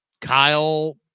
Kyle